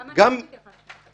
גם אנחנו התייחסנו לזה.